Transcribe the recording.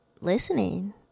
listening